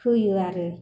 होयो आरो